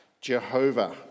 Jehovah